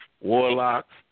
warlocks